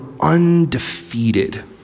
undefeated